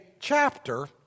chapter